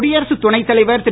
குடியரசு துணை தலைவர் திரு